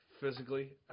physically